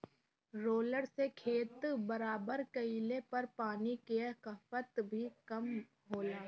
roller से खेत बराबर कइले पर पानी कअ खपत भी कम होला